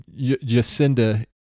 Jacinda